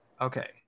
Okay